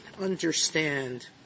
understand